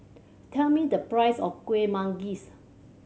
tell me the price of Kueh Manggis